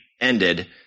ended